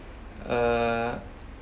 uh